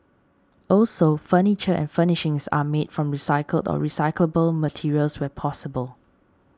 also furniture and furnishings are made from recycled or recyclable materials where possible